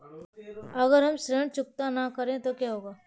अगर हम ऋण चुकता न करें तो क्या हो सकता है?